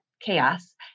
chaos